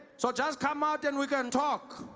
so just come out and we can talk.